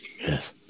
Yes